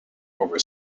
over